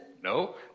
No